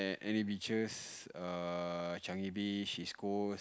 any beaches err Changi Beach East Coast